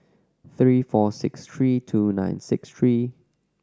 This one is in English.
three four six three two nine six three